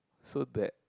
so that